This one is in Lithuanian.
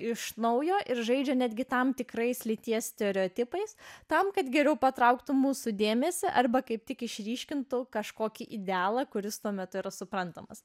iš naujo ir žaidžia netgi tam tikrais lyties stereotipais tam kad geriau patrauktų mūsų dėmesį arba kaip tik išryškintų kažkokį idealą kuris tuo metu yra suprantamas